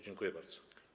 Dziękuję bardzo.